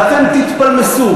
אתם תתפלמסו